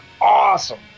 awesome